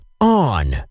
on